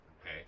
Okay